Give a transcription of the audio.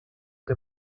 que